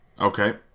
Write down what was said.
Okay